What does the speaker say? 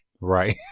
Right